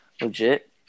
Legit